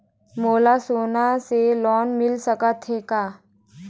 मोला सोना से लोन मिल सकत हे का?